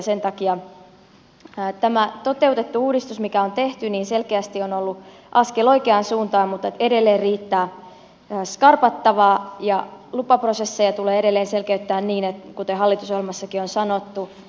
sen takia tämä toteutettu uudistus mikä on tehty niin selkeästi on ollut askel oikeaan suuntaan mutta edelleen riittää skarpattavaa ja lupaprosesseja tulee edelleen selkeyttää kuten hallitusohjelmassakin on sanottu